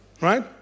Right